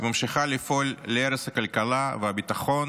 היא ממשיכה לפעול להרס הכלכלה והביטחון